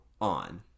on